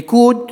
ליכוד,